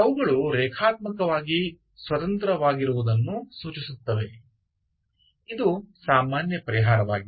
ಅವುಗಳು ರೇಖಾತ್ಮಕವಾಗಿ ಸ್ವತಂತ್ರವಾಗಿರುವುದನ್ನು ಸೂಚಿಸುತ್ತವೆ ಇದು ಸಾಮಾನ್ಯ ಪರಿಹಾರವಾಗಿದೆ